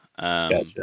Gotcha